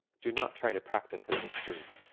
do not try to practice in this room.